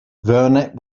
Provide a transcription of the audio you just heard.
vernet